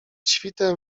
świtem